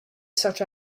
such